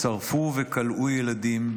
שרפו וכלאו ילדים,